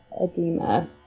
edema